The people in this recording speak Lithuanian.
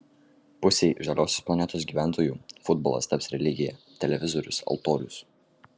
pusei žaliosios planetos gyventojų futbolas taps religija televizorius altorius